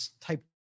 type